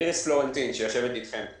איריס פלורנטין, שיושבת אתכם.